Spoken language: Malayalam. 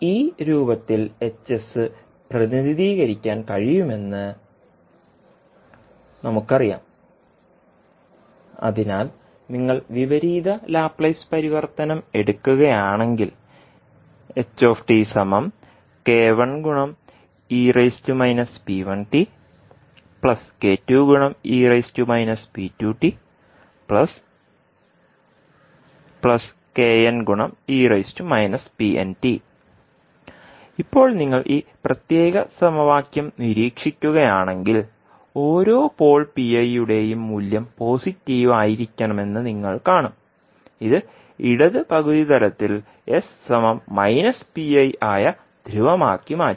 ഈ രൂപത്തിൽ H പ്രതിനിധീകരിക്കാൻ കഴിയുമെന്ന് നമുക്കറിയാം അതിനാൽ നിങ്ങൾ വിപരീത ലാപ്ലേസ് പരിവർത്തനം എടുക്കുകയാണെങ്കിൽ ഇപ്പോൾ നിങ്ങൾ ഈ പ്രത്യേക സമവാക്യം നിരീക്ഷിക്കുകയാണെങ്കിൽ ഓരോ പോൾ piയുടെയും മൂല്യം പോസിറ്റീവ് ആയിരിക്കണമെന്ന് നിങ്ങൾ കാണും ഇത് ഇടത് പകുതി തലത്തിൽ ആയ ധ്രുവമാക്കി മാറ്റും